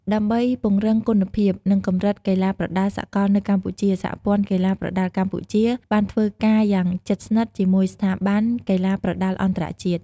ដើម្បីពង្រឹងគុណភាព និងកម្រិតកីឡាប្រដាល់សកលនៅកម្ពុជា សហព័ន្ធកីឡាប្រដាល់កម្ពុជា បានធ្វើការយ៉ាងជិតស្និទ្ធជាមួយស្ថាប័នកីឡាប្រដាល់អន្តរជាតិ។